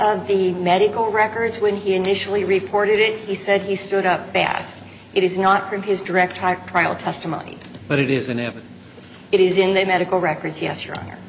of the medical records when he initially reported it he said he stood up bass it is not from his direct trial testimony but it is and if it is in the medical records yes